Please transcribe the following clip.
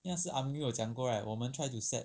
那是 amil 有讲过 [right] 我们 try to set